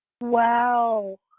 Wow